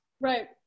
Right